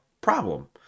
problem